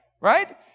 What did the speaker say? right